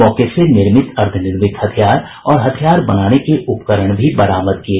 मौके से निर्मित अर्द्वनिर्मित हथियार और हथियार बनाने के उपकरण भी बरामद किये